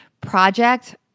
project